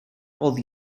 oedd